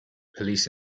police